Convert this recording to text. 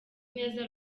neza